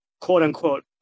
quote-unquote